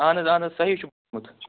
اَہَن حظ اَہَن حظ صحیح چھُ بوٗزمُت